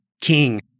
King